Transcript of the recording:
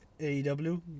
AEW